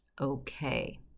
okay